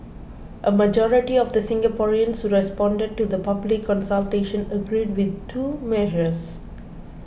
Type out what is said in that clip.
a majority of the Singaporeans who responded to the public consultation agreed with two measures